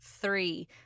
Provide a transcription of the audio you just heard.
three